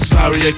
Sorry